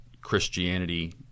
Christianity